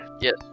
Yes